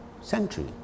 century